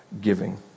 giving